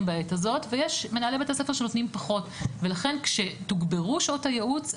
בעת הזאת ויש מנהלי בתי ספר שנותנים פחות ולכן כשתוגברו שעות הייעוץ,